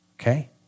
okay